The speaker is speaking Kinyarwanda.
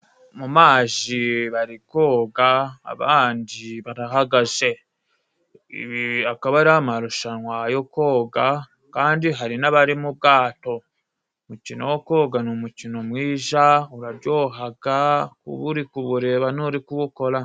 Mu mazi bari koga abandi barahagaze, akaba ari amarushanwa yo koga, kandi hari n'abari mu bwato. Umukino wo koga ni umukino mwiza uraryoha uri kuwureba n'uri kuwukora.